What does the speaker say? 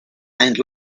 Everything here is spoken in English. and